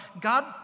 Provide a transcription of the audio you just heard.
God